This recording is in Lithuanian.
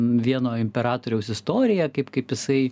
vieno imperatoriaus istorija kaip kaip jisai